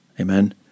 Amen